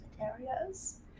areas